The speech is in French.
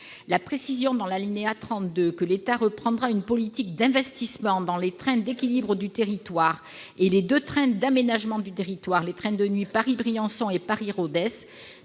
L'indication, à l'alinéa 32, que l'État reprendra une politique d'investissement dans les trains d'équilibre du territoire et les deux trains d'aménagement du territoire- les trains de nuit Paris-Briançon et Paris-Rodez